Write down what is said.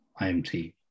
IMT